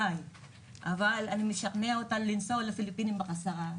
אני משכנעת אותה לנסוע לפיליפינים בחזרה,